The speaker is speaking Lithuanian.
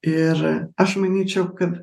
ir aš manyčiau kad